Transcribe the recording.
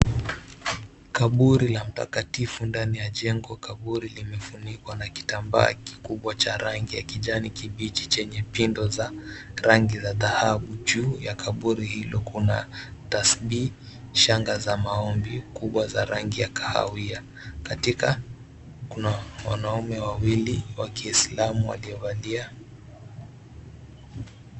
Kaburi la mtakatifu ndani ya jengo. Kaburi limefunikwa na kitambaa kikubwa cha rangi ya kijani kibichi chenye pindo za rangi za dhahabu. Juu ya kaburi hilo kuna tasbi, shanga za maombi kubwa za rangi ya kahawia. Katika kuna wanaume wawili wa kiislamu waliovalia.